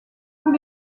tous